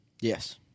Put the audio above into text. Yes